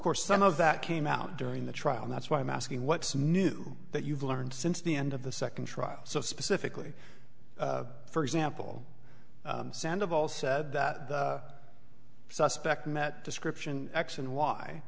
course some of that came out during the trial that's why i'm asking what's new that you've learned since the end of the second trial so specifically for example sand of all said that the suspect met description x and